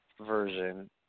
version